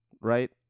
right